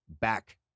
back